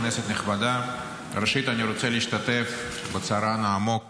כנסת נכבדה, ראשית, אני רוצה להשתתף בצערן העמוק